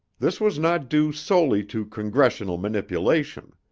this was not due solely to congressional manipulation.